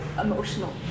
emotional